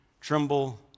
tremble